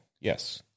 Yes